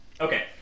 Okay